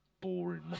boring